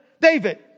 David